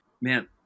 Man